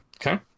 Okay